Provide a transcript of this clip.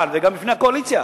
ששומע, וגם בפני הקואליציה: